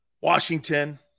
Washington